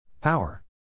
Power